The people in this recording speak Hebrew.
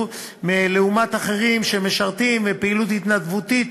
לעומת אחרים שמשרתים ועושים פעילות התנדבותית,